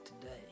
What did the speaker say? today